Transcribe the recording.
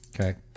Okay